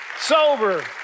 sober